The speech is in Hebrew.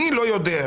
אני לא יודע,